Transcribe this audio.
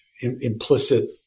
implicit